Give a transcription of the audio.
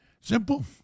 Simple